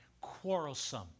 quarrelsome